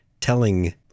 telling